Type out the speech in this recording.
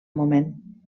moment